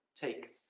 takes